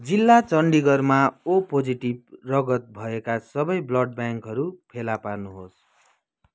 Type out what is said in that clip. जिल्ला चन्डिगढमा O positive रगत भएका सबै ब्लड ब्याङ्कहरू फेला पार्नुहोस्